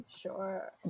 Sure